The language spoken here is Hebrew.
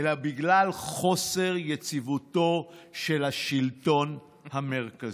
אלא בגלל חוסר יציבותו של השלטון המרכזי,